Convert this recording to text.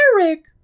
Eric